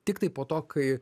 tiktai po to kai